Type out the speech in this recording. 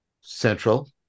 central